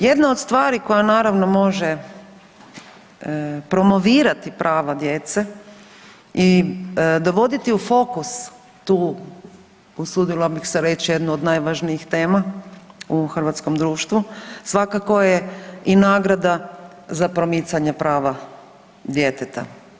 Jedna od stvari koja naravno može promovirati prava djece i dovoditi u fokus tu usudila bih se reći jednu od najvažnijih tema u hrvatskom društvu svakako je i nagrada za promicanje prava djeteta.